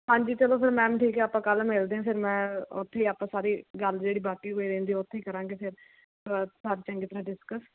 ਹਾਂਜੀ ਚਲੋ ਫੇਰ ਮੈਮ ਠੀਕ ਐ ਆਪਾਂ ਕੱਲ ਮਿਲਦੇ ਐ ਫੇਰ ਮੈਂ ਓਥੇ ਈ ਆਪਾਂ ਸਾਰੀ ਗੱਲ ਬਾਕੀ ਜਿਹੜੀ ਕੋਈ ਰਹਿੰਦੀ ਓਥੇ ਈ ਕਰਾਂਗੇ ਫੇਰ ਕਰਦੇ ਆਂ ਚੰਗੀ ਤਰ੍ਹਾਂ ਡਿਸਕਸ